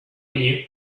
knew